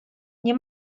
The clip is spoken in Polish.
nie